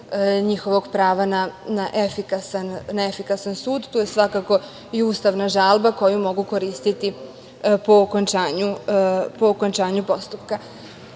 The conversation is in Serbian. njihovog prava na efikasan sud. Tu je svakako i ustavna žalba koju mogu koristiti po okončanju postupka. Još